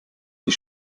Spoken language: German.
die